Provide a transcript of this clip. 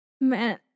Man